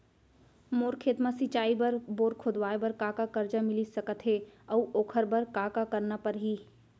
मोर खेत म सिंचाई बर बोर खोदवाये बर का का करजा मिलिस सकत हे अऊ ओखर बर का का करना परही?